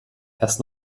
erst